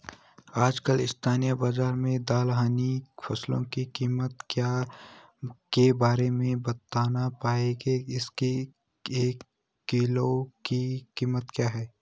आजकल स्थानीय बाज़ार में दलहनी फसलों की कीमत के बारे में बताना पाएंगे इसकी एक कुन्तल की कीमत क्या है?